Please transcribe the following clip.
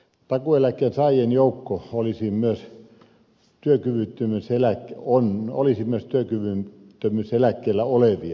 takuueläkkeen saajien joukossa olisi myös työkyvyttömyyseläkkeellä olevia